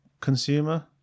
consumer